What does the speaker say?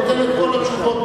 נותן את כל התשובות.